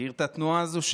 מכיר את התנועה הזו,